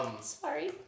sorry